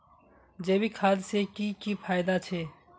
जैविक खाद से की की फायदा छे?